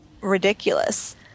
ridiculous